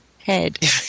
head